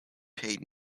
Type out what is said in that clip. paid